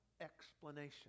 explanation